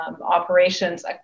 operations